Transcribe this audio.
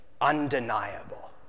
undeniable